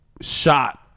shot